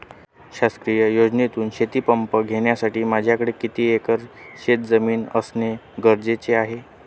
शासकीय योजनेतून शेतीपंप घेण्यासाठी माझ्याकडे किती एकर शेतजमीन असणे गरजेचे आहे?